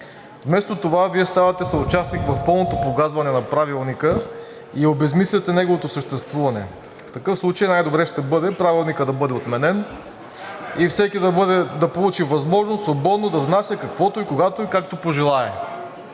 Вместо това Вие ставате съучастник в пълното погазване на Правилника и обезсмисляте неговото съществуване. В такъв случай най-добре ще бъде Правилникът да бъде отменен и всеки да получи възможност свободно да внася каквото, когато и както пожелае